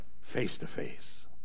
face-to-face